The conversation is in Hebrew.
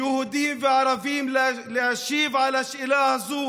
יהודים וערבים, להשיב על השאלה הזאת: